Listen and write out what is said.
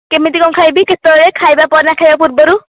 କେମିତି କ'ଣ ଖାଇବି କେତେବେଳେ ଖାଇବା ପରେ ନା ଖାଇବା ପୂର୍ବରୁ